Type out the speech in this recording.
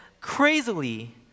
crazily